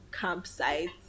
campsite